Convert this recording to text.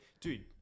dude